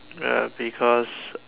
uh because